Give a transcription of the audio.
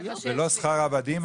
ולא שכר עבדים.